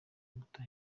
muto